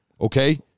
Okay